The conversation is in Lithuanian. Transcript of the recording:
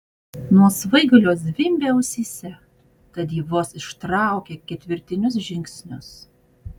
nuo svaigulio zvimbė ausyse tad ji vos ištraukė ketvirtinius žingsnius